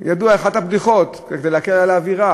זה ידוע, אחת הבדיחות, כדי להקל את האווירה,